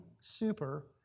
super